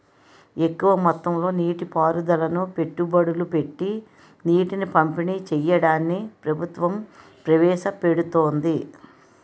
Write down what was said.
ఎక్కువ మొత్తంలో నీటి పారుదలను పెట్టుబడులు పెట్టీ నీటిని పంపిణీ చెయ్యడాన్ని ప్రభుత్వం ప్రవేశపెడుతోంది